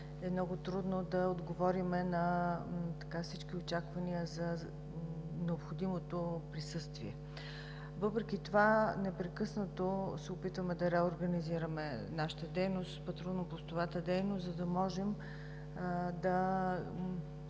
е много трудно да отговорим на всички очаквания за необходимото присъствие. Въпреки това непрекъснато се опитваме да реорганизираме нашата дейност, патрулно-постовата дейност, за да можем да